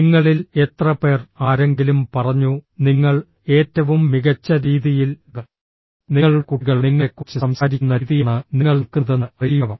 നിങ്ങളിൽ എത്രപേർ ആരെങ്കിലും പറഞ്ഞു നിങ്ങൾ ഏറ്റവും മികച്ച രീതിയിൽ നിങ്ങളുടെ കുട്ടികൾ നിങ്ങളെക്കുറിച്ച് സംസാരിക്കുന്ന രീതിയാണ് നിങ്ങൾ നിൽക്കുന്നതെന്ന് അറിയുക